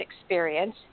experience